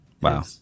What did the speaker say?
Wow